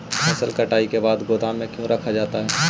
फसल कटाई के बाद गोदाम में क्यों रखा जाता है?